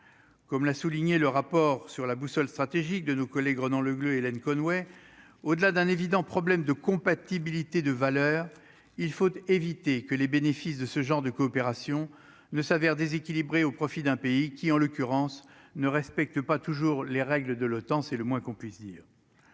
comme l'a souligné le rapport sur la boussole stratégique de nos collègues, Ronan Le Gleut : Hélène Conway au-delà d'un évident problème de compatibilité de valeur, il faut éviter que les bénéfices de ce genre de coopération ne s'avère déséquilibré au profit d'un pays qui, en l'occurrence ne respectent pas toujours les règles de l'OTAN, c'est le moins qu'on puisse dire,